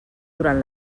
durant